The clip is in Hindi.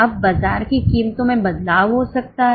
अब बाजार की कीमतों में बदलाव हो सकता है